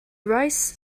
rice